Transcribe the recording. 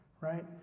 right